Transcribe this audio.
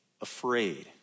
afraid